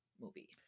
movie